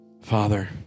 Father